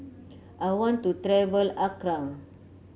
I want to travel Accra